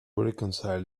reconcile